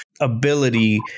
ability